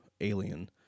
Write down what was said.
Alien